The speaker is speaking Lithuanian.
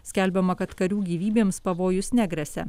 skelbiama kad karių gyvybėms pavojus negresia